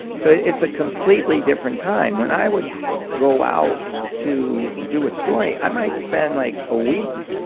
so it's a completely different time. when i would go out to do a story, i might spend like a week,